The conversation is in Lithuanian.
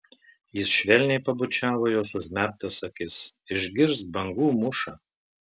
jis švelniai pabučiavo jos užmerktas akis išgirsk bangų mūšą